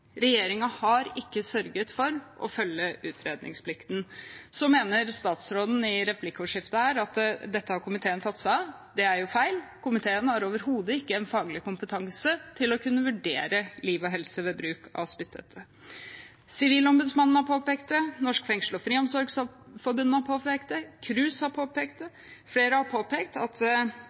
å følge utredningsplikten. Så mener statsråden i replikkordskiftet her at dette har komiteen tatt seg av. Det er feil. Komiteen har overhodet ikke en faglig kompetanse til å kunne vurdere liv og helse ved bruk av spytthette. Sivilombudsmannen har påpekt det, Norsk Fengsels- og Friomsorgsforbund har påpekt det, KRUS har påpekt det – flere har påpekt at